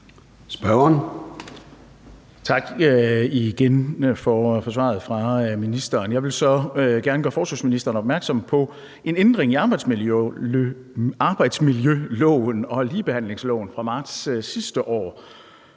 en gang tak for svaret fra ministeren. Så vil jeg gerne gøre ministeren opmærksom på en ændring i arbejdsmiljøloven og ligebehandlingsloven fra marts sidste år,